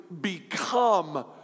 become